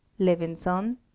Levinson